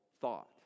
thought